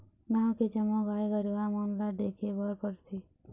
गाँव के जम्मो गाय गरूवा मन ल देखे बर परथे